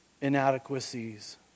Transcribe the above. inadequacies